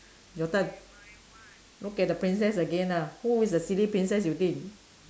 your turn okay the princess again ah who is the silly princess you think